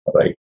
Right